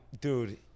Dude